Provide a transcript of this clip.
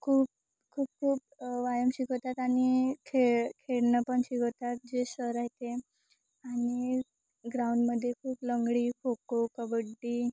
खूप खूप खूप व्यायाम शिकवतात आणि खेळ खेळणं पण शिकवतात जे सर आहेत ते आणि ग्राउंडमध्ये खूप लंगडी खो खो कबड्डी